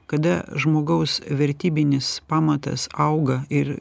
kada žmogaus vertybinis pamatas auga ir